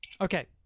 Okay